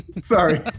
Sorry